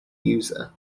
user